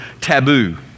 taboo